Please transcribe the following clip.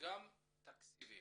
וגם תקציבים.